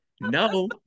no